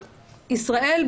ישראל,